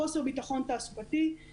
חוסר ביטחון תעסוקתי,